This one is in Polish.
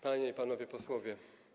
Panie i Panowie Posłowie!